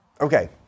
Okay